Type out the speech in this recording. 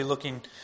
Looking